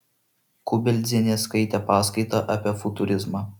kubeldzienė skaitė paskaitą apie futurizmą